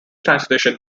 translation